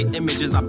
images